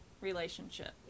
relationship